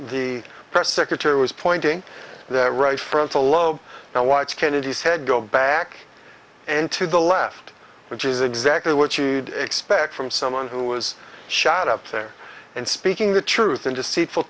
the press secretary was pointing the right frontal lobe and watch kennedy's head go back and to the left which is exactly what you expect from someone who was shot up there and speaking the truth in deceitful